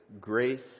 grace